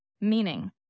meaning